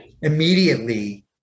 immediately